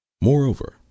Moreover